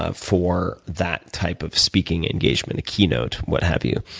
ah for that type of speaking engagement, a keynote, what have you.